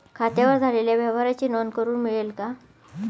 खात्यावर झालेल्या व्यवहाराची नोंद करून मिळेल का?